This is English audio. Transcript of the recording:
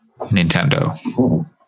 Nintendo